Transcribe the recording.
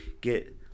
get